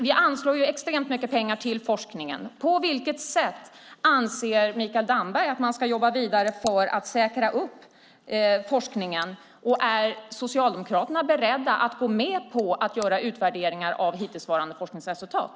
Vi anslår extra mycket pengar till forskningen. På vilket sätt anser Mikael Damberg att man ska jobba vidare för att säkra forskningen? Är Socialdemokraterna beredda att gå med på att göra utvärderingar av hittillsvarande forskningsresultat?